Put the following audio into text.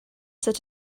said